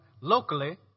locally